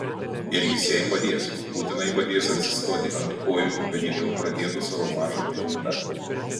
ir jis jai padės būtinai padės atsistoti ant kojų kad ji vėl pradėtų savo mažą bizniuką